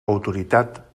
autoritat